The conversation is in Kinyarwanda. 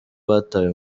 batawe